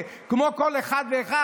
כמו כל אחד ואחד?